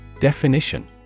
Definition